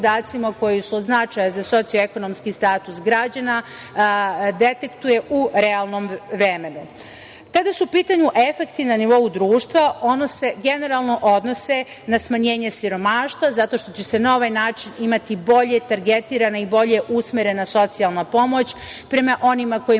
koji su od značaja za socijalno - ekonomski status građana detektuje u realnom vremenu. Kada su u pitanju efekti na nivou društva, oni se generalno odnose na smanjenje siromaštva zato što će na ovaj način biti bolje targetirana i bolje usmerena socijalna pomoć prema onima kojima